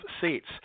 seats